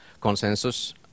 Consensus